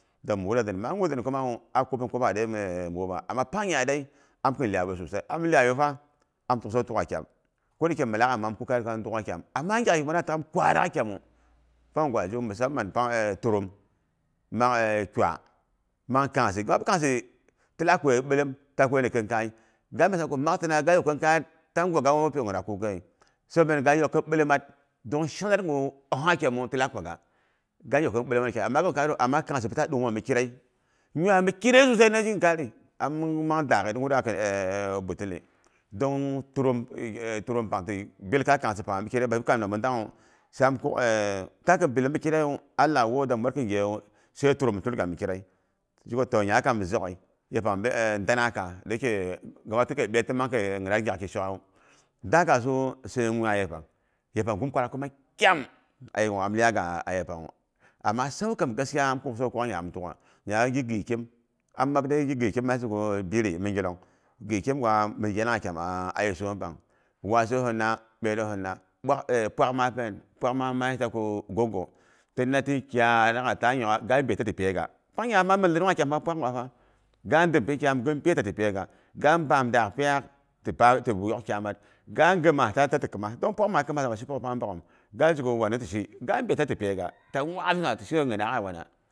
Dami wura zin, a kup hin kuba hede mi wupba. Amma pangnyadai, am kin liyawai susai, am iyayufa, am tuk sau tuga sosai. Ko dayike milak amang puk amma am tuk sau tugah kyam. Amma ngyak yei nguna da a taggim kwarak kyaamu. Pangwa zhewu, musamman pang turum, mang twa. Mang kangsi shimap kangsi tilak kwayi bilem ta kwayi ni khinkai. Gabi samang ko ghi maktina, ta yukni khinkayad ta ngwagiwu toh, nyinaak kukgha yi. Saboni pen ga yokni khin bilemat dong shongnyat ngwu ohongha kyamu tilak kwagha. Ga yok khin bilemat kenang, ama ga yok khin kayas ama ta ngwaghawu toh nyinaak kukghayi. Sabo mangngin ga yok kin bilemet. Dong shonghat ngu ohongha kyamu tilak kwagha. Ga yok khin bilemat kenang, ama ga yok khin kaya ama ta ngwaghawu toh nyinaak kukghayi. Sab mangnyin ga yok kin bilemat. Dong shonghat ngu ohogha kyamu tilak kwaga. Amma kangsi pitaba ɗungyin me mi turei, yueiya mi kirei sosai na kin kari. Am mang daaghit wuda kin butili, dong turum turum pang ti bilkai kangsipang mi kireri. Bapi kam nam toh dangnwu sai am kuk, ta kin bilimi kireiyu allah woh da bwar kin gyayeiyu, sai turum tulga mi kirei. Toh zheko toh nya kamu zoghe. Yepang be e dana kaa. Dayake, ghimap ti kei ɓyet tin mang khe nyinat gyaki shok'gharu. Daa kaasu, sai nyugha yegang yepang ngum kwarak kuma kyaam, a yengu am iyaga'a yepangwu. Amma san kam gaskiya am kuk san kuk sau kuk'gha nya am tuk'gha. Nya gi giɨ kim, am mak dei gi ciɨ kim, ma yisin ko biri mi ngilonggyi kim ngwa min yanagha a yeyom pang waasohina, ɓyerohina pwak ma phen, pwaakma maayita ko gwokgo, tima tina ti kyaragha ga nyokgha, ba ɓyeta ti pyega. Pangnyama min lirungha kyama pangngwa. Ga ndim pi kyaam gin pyeta ti pyega. Ga mbaam daak piya, ti yok kyama, ga ginma ta tok ti khima, dong pwak ma khimaha, ma shipyok pang bogghom, ga zhiko wani tishi, ga nɓyeta ti pyega.